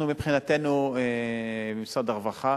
מבחינתנו, משרד הרווחה